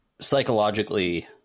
psychologically